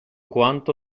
quanto